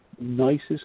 nicest